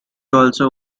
also